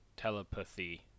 telepathy